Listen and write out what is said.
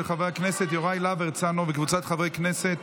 של חבר הכנסת יוראי להב הרצנו וקבוצת חברי הכנסת,